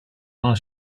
while